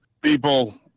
people